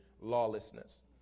lawlessness